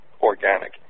organic